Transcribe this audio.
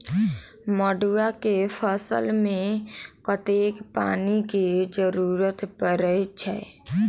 मड़ुआ केँ फसल मे कतेक पानि केँ जरूरत परै छैय?